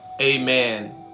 Amen